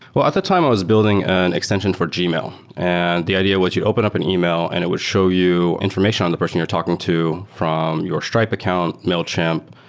but at the time, i was building an extension for gmail, and the idea was you open up an email and it would show you information on the person you're talking to from your stripe account, mailchimp,